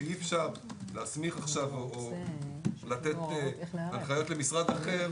שאי אפשר להסמיך עכשיו או לתת הנחיות למשרד אחר,